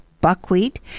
buckwheat